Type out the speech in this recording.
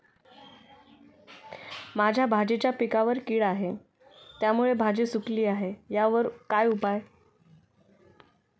माझ्या भाजीच्या पिकावर कीड आहे त्यामुळे भाजी सुकली आहे यावर काय उपाय?